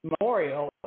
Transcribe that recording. memorial